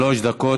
שלוש דקות.